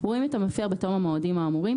רואים את המפר בתום המועדים האמורים,